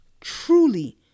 truly